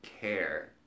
care